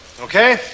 okay